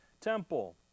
temple